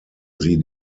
sie